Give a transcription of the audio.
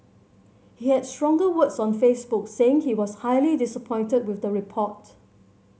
he had stronger words on Facebook saying he was highly disappointed with the report